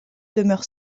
demeure